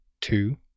two